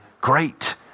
great